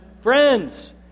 Friends